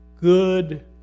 good